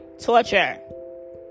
torture